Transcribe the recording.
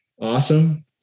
awesome